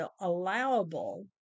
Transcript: allowable